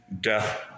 death